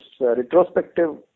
retrospective